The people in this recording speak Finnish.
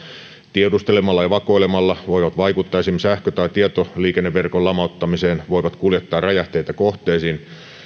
tiedustelemalla ja vakoilemalla voivat vaikuttaa esimerkiksi sähkö tai tietoliikenneverkon lamauttamiseen voivat kuljettaa räjähteitä kohteisiin